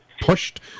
pushed